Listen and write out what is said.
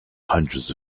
hundreds